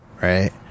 right